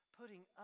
putting